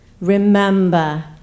remember